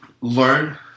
Learn